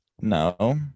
no